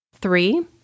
Three